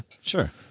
Sure